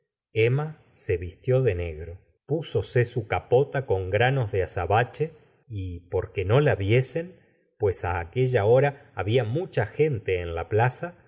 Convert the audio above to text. emma se vistió de negro púsose su capota con granos de azabache y porque no la viesen pues á aquella hora había mucha gente en la plaza